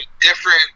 different